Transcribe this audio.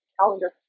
calendar